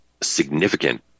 significant